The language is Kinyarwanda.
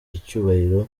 icyubahiro